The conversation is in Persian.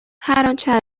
انچه